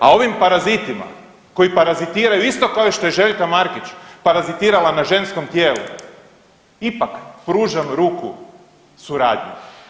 A ovim parazitima koji parazitiraju isto kao što je i Željka Markić parazitirala na ženskom tijelu ipak pružam ruku suradnji.